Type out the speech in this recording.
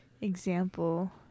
example